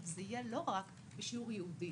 זה יהיה לא רק בשיעור ייעודי,